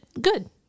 good